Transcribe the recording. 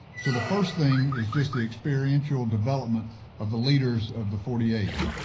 so the first thing is just the experiential development of the leaders of the forty eighth.